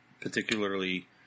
particularly